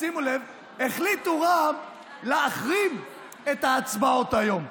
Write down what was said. שימו לב: החליטו רע"מ להחרים את ההצבעות היום,